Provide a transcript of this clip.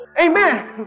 Amen